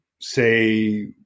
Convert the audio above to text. say